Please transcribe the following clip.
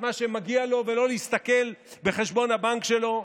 מה שמגיע לו ולא להסתכל בחשבון הבנק שלו,